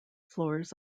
floors